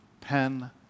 pen